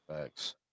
Thanks